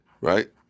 Right